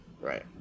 Right